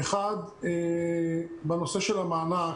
אחד, בנושא של המענק.